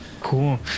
Cool